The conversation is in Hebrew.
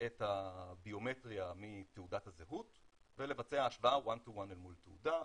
את הביומטריה מתעודת הזהות ולבצע השוואה one to one אל מול התעודה.